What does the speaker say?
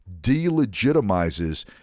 delegitimizes